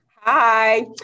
Hi